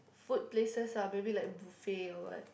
food places ah maybe like buffet or what